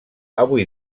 avui